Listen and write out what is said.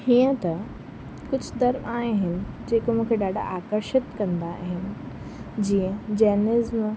हीअं त कुझु धर्म आहिनि जेके मूंखे ॾाढा आकर्षित कंदा आहिनि जीअं जैनिज़्म